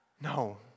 No